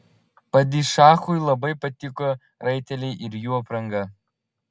padišachui labai patiko raiteliai ir jų apranga